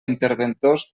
interventors